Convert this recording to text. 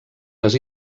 les